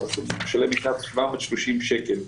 הוא משלם קנס של 730 שקל.